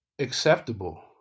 acceptable